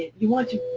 you want to,